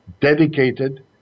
dedicated